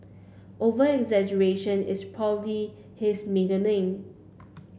over exaggeration is probably his middle name